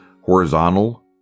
horizontal